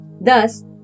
Thus